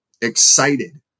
excited